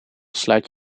sluit